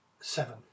seven